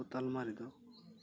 ᱛᱟᱞᱢᱟ ᱨᱮᱫᱚ